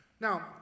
Now